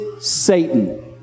Satan